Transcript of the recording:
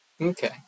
Okay